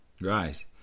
Right